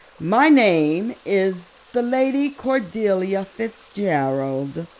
my name is the lady cordelia fitzgerald.